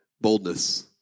boldness